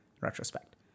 retrospect